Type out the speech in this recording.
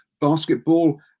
basketball